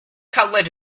cutlet